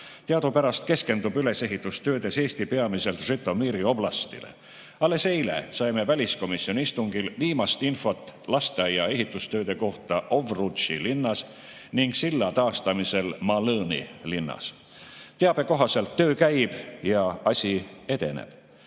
eurot. Teadupärast keskendub ülesehitustöödes Eesti peamiselt Žõtomõri oblastile. Alles eile saime väliskomisjoni istungil viimast infot lasteaia ehitustööde kohta Ovrutši linnas ning silla taastamisel Malõni linnas. Teabe kohaselt töö käib ja asi edeneb.